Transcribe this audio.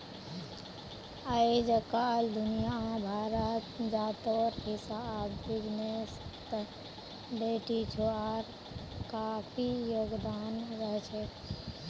अइजकाल दुनिया भरत जातेर हिसाब बिजनेसत बेटिछुआर काफी योगदान रहछेक